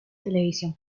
televisión